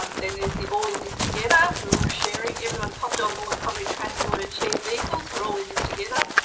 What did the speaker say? um then there's the all in this together. we're all sharing, everyone's hopped on board, public transport and shared vehicles. we're all in this together.